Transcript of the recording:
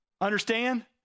Understand